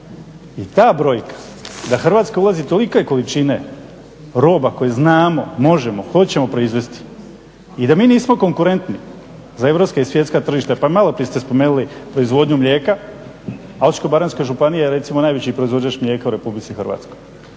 I ta brojka da Hrvatska uvozi tolike količine roba koje znamo, možemo, hoćemo proizvesti i da mi nismo konkurentni za europska i svjetska tržišta. Pa malo prije ste spomenuli proizvodnju mlijeka a Osječko-baranjska županija je recimo najveći proizvođač mlijeka u Republici Hrvatskoj.